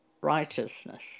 righteousness